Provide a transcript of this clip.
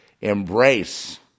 embrace